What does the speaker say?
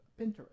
Pinterest